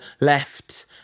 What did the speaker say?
left